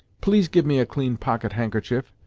please give me a clean pocket-handkerchief,